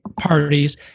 parties